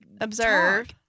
observe